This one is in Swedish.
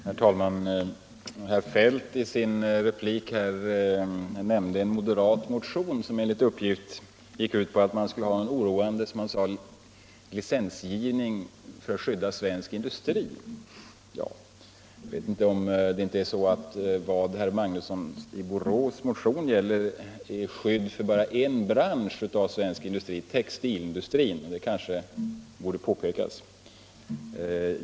Herr talman! Herr Feldt nämnde i sin replik en moderat motion som han uppgav föreslog en oroande licensgivning för att skydda svensk industri. Men vad som föreslås i motionen av herr Magnusson i Borås är skydd för en bransch av svensk industri, nämligen textilindustrin. Det kanske borde påpekas.